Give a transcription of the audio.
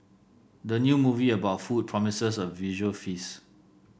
the new movie about food promises a visual feast